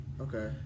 Okay